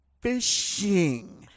fishing